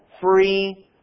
free